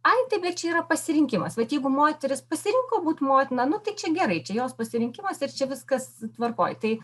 ai tai bet čia yra pasirinkimas vat jeigu moteris pasirinko būti motina nu tai čia gerai čia jos pasirinkimas ir čia viskas tvarkoj tai